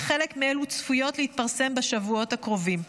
וחלק מאלו צפויות להתפרסם בשבועות הקרובים.